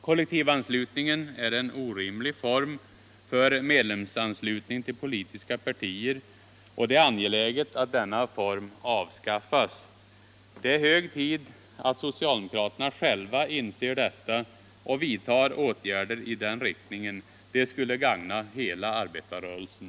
Kollektivanslutningen är en orimlig form för medlemsanslutning till politiska partier och det är angeläget att denna form avskaffas. Det är hög tid att socialdemokraterna själva inser detta och vidtar åtgärder i den riktningen. Det skulle gagna hela arbetarrörelsen.